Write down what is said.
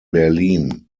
berlin